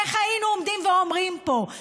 איך היינו עומדים ואומרים פה.